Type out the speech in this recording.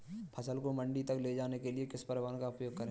फसल को मंडी तक ले जाने के लिए किस परिवहन का उपयोग करें?